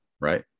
right